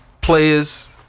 Players